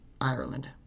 Ireland